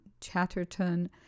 Chatterton